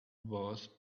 was